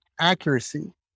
accuracy